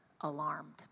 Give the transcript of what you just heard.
alarmed